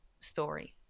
story